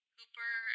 Cooper